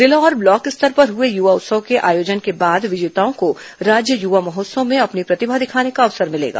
जिला और ब्लॉक स्तर पर हुए युवा उत्सव के आयोजन के बाद विजेताओं को राज्य युवा महोत्सव में अपनी प्रतिभा दिखाने का अवसर मिलेगा